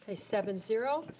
ah seven, zero.